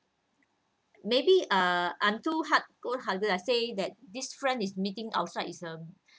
maybe uh I'm too hard go harder I say that this friend is meeting outside is uh